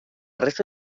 resta